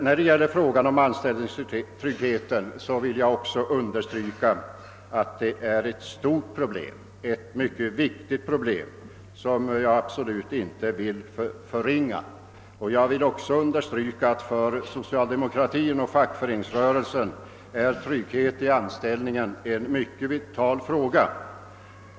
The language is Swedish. När det gäller frågan om anställningstryggheten vill jag understryka att detta är ett stort problem och viktigt problem, vars betydelse jag absolut inte vill förringa. Jag vill också understryka att trygghet i anställningen är en mycket vital fråga för socialdemokratin och fackföreningsrörelsen.